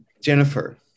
Jennifer